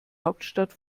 hauptstadt